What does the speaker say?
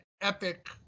epic